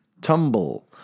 tumble